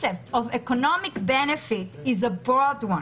of economic benefit is a broad one,